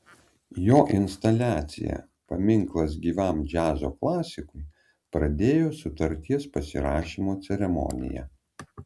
jo instaliacija paminklas gyvam džiazo klasikui pradėjo sutarties pasirašymo ceremoniją